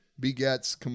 Begets